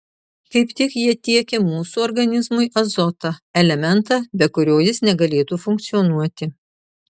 kaip tik jie tiekia mūsų organizmui azotą elementą be kurio jis negalėtų funkcionuoti